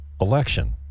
election